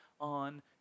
on